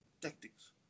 tactics